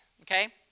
okay